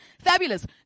fabulous